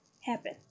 happen